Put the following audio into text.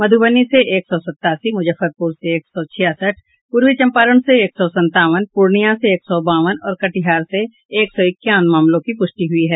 मध्बनी से एक सौ सतासी मुजफ्फरपुर से एक सौ छियासठ पूर्वी चम्पारण से एक सौ संतावन पूर्णियां से एक सौ बावन और कटिहार से एक सौ इक्यावन मामलों की प्रष्टि हुई है